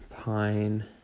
pine